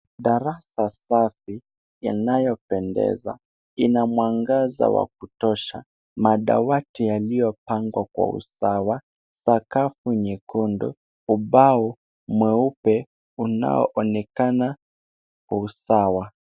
Darasa safi yanayopendeza. Ina mwangaza wa kutosha, madawati yaliyopangwa kwa usawa, sakafu nyekundu, ubao mweupe unao onekana kwa usawa.